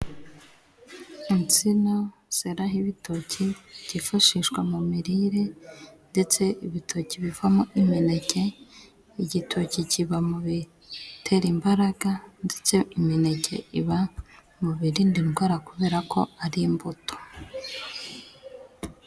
Insina zeraho ibitoki byifashishwa mu mirire ndetse ibitoki bivamo imineke. Igitoki kiba mu bitera imbaraga, ndetse imineke iba mu birinda indwara kubera ko ari imbuto.